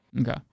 Okay